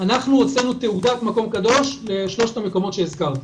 הוצאנו תעודת מקום קדוש לשלושת המקומות שהזכרתי,